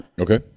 Okay